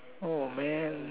man